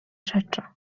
rzeczy